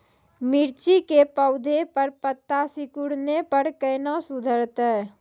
मिर्ची के पौघा मे पत्ता सिकुड़ने पर कैना सुधरतै?